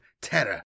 terror